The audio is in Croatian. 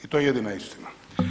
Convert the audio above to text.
I to je jedina istina.